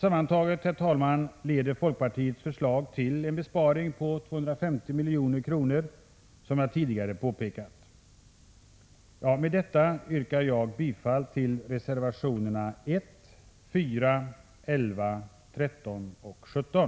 Sammantaget leder, som jag tidigare påpekat, folkpartiets förslag till en besparing på 250 milj.kr. Med detta yrkar jag bifall till reservationerna 1, 4, 11, 13 och 17.